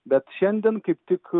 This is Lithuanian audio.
bet šiandien kaip tik